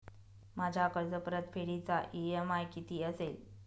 माझ्या कर्जपरतफेडीचा इ.एम.आय किती असेल?